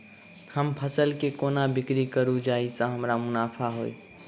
हम फसल केँ कोना बिक्री करू जाहि सँ हमरा मुनाफा होइ?